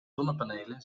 zonnepanelen